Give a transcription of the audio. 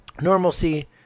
normalcy